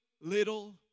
little